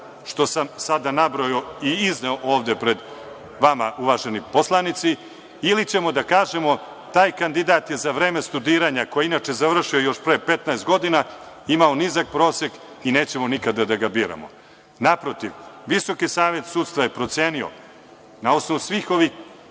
što sam nabrojao i izneo ovde pred vama uvaženi poslanici, ili ćemo da kažemo – taj kandidat je za vreme studiranja koje je inače završio još pre 15 godina, imao nizak prosek i nećemo nikada da ga biramo. Naprotiv VSS je procenio na osnovu svih ovih